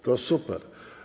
To super.